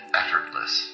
effortless